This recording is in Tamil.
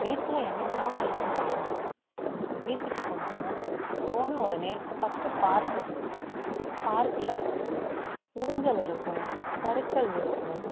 பீச்சில் என்னென்னலாம் இருக்கும் தெரியுமா பீச்சுக்கு போனோம்னால் போன உடனே ஃபர்ஸ்டு பார்க்கு பார்க்கில் ஊஞ்சல் இருக்கும் சறுக்கல் இருக்கும்